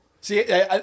See